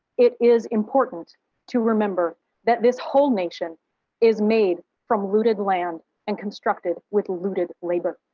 it is important to remember that this whole nation is made from looted land and constructed with looted labor.